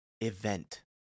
event